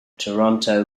toronto